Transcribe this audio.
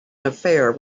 affair